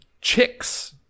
chicks